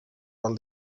pel